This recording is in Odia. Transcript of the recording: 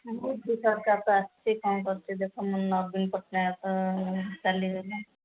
ଏ ମୋଦୀ ସରକାର ତ ଆସିଛି କ'ଣ କରୁଛି ଦେଖନ୍ତୁ ନବୀନ ପଟ୍ଟନାୟକ ତ ଚାଲିଗଲେ